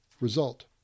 result